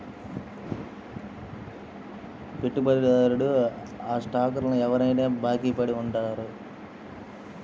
పెట్టుబడిదారుడు ఆ స్టాక్లను ఎవరికైనా బాకీ పడి ఉంటాడు